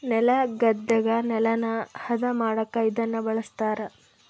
ನೆಲಗದ್ದೆಗ ನೆಲನ ಹದ ಮಾಡಕ ಇದನ್ನ ಬಳಸ್ತಾರ